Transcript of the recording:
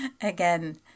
again